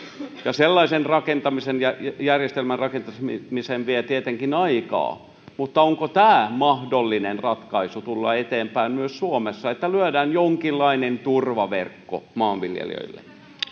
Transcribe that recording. sellaisen järjestelmän rakentaminen vie tietenkin aikaa mutta onko tämä mahdollinen ratkaisu päästä eteenpäin myös suomessa että lyödään jonkinlainen turvaverkko maanviljelijöille